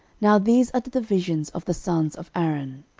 now these are the divisions of the sons of aaron.